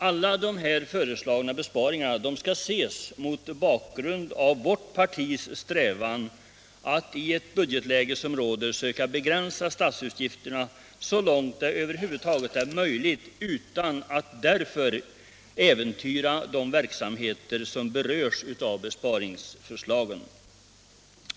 Alla de här föreslagna besparingarna skall ses mot bakgrund av vårt partis strävan att i det budgetläge som råder söka begränsa statsutgifterna så långt det över huvud taget är möjligt utan att därför äventyra de verksamheter som berörs av besparingsförslagen.